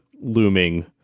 looming